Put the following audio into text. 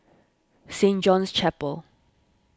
Saint John's Chapel